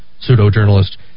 pseudo-journalist